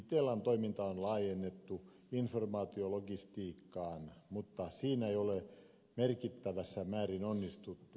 itellan toimintaa on laajennettu informaatiologistiikkaan mutta siinä ei ole merkittävässä määrin onnistuttu